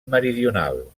meridional